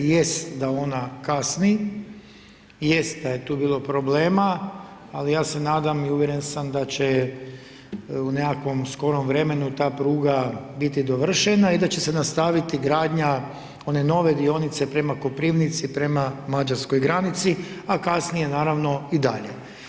Jest da ona kasni, jest da je tu bilo problema, ali ja se nadam i uvjeren sam da će u nekakvom skorom vremenu ta pruga biti dovršena i da će se nastaviti gradnja one nove dionice prema Koprivnici, prema mađarskoj granici, a kasnije, naravno i dalje.